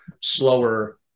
slower